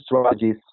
strategies